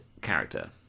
character